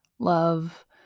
love